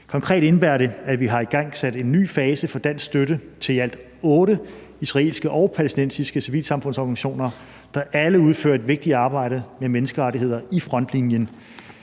Konkret indebærer det, at vi har igangsat en ny fase for dansk støtte til i alt otte israelske og palæstinensiske civilsamfundsorganisationer, der alle udfører et vigtigt arbejde med menneskerettigheder i frontlinjen.